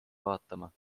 vaatama